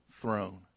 throne